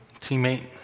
Teammate